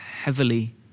heavily